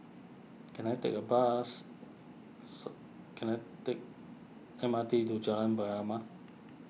can I take a bus can I take M R T to Jalan